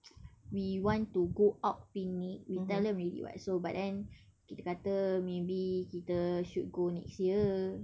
we want to go out picnic we tell them already [what] so but then kita kata maybe kita should go next year